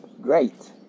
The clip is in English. Great